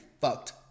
fucked